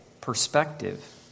perspective